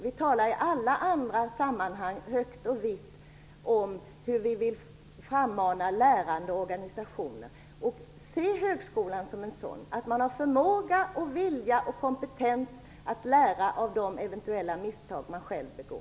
Vi talar i alla andra sammanhang vitt och brett om hur vi vill frammana lärande organisationer. Se högskolan som en sådan! Man har förmåga, vilja och kompetens att lära av de eventuella misstag man själv begår.